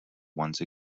once